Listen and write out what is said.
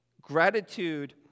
gratitude